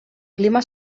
clima